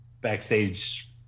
backstage